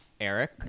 Eric